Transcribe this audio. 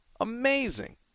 Amazing